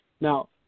Now